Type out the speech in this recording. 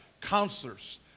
counselors